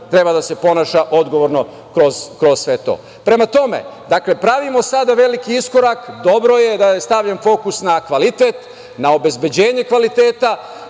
treba da se ponaša odgovorno kroz sve to. Prema tome, pravimo sada veliki iskorak. Dobro je da je stavljen fokus na kvalitet, na obezbeđenje kvaliteta,